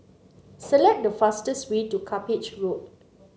select the fastest way to Cuppage Road